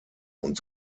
und